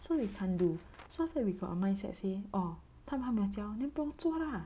so we can't do so after that we got our mindset say orh 害怕没有教哪不用做啦